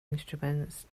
instruments